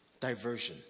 Diversion